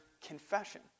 confession